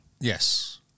Yes